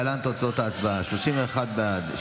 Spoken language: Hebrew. להלן תוצאות ההצבעה: 31 בעד,